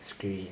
screen